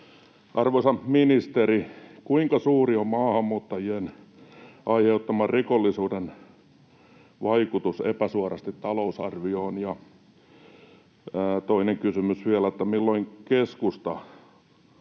Arvoisa ministeri! Kuinka suuri on maahanmuuttajien aiheuttaman rikollisuuden vaikutus epäsuorasti talousarvioon? Ja vielä toinen kysymys: milloin keskusta